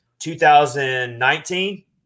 2019